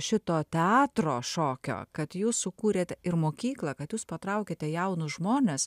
šito teatro šokio kad jūs sukūrėt ir mokyklą kad jūs patraukėte jaunus žmones